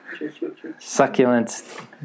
succulents